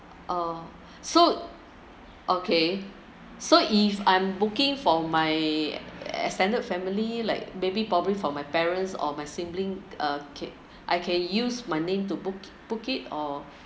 orh so okay so if I'm booking for my extended family like maybe probably for my parents or my sibling uh can I can use my name to book book it or